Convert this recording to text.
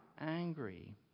angry